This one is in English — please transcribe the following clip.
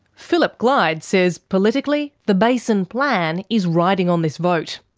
phillip glyde says politically, the basin plan is riding on this vote.